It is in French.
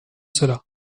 cela